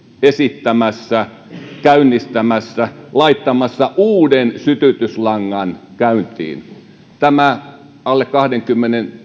esittämässä käynnistämässä laittamassa uuden sytytyslangan käyntiin tämä alle kahdenkymmenen